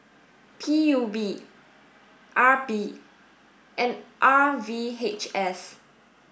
P U B R P and R V H S